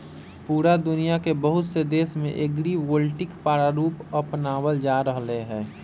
पूरा दुनिया के बहुत से देश में एग्रिवोल्टिक प्रारूप अपनावल जा रहले है